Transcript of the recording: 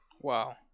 Wow